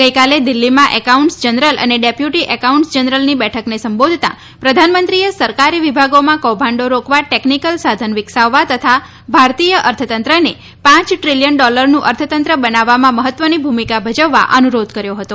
ગઈકાલે દિલ્હીમાં accountants general અને ડેપ્યુટી એકાઉન્ટન્ટ્સ જનરલની બેઠકને સંબોધતા પ્રધાનમંત્રીએ સરકારી વિભાગોમાં કૌભાંડો રોકવા ટેકનીકલ સાધન વિકસાવવા તથા ભારતીય અર્થતંત્રને પાંચ દ્રિલિયન ડોલરનું અર્થતંત્ર બનાવવામાં મહત્વની ભૂમિકા ભજવવા અનુરોધ કર્યો હતો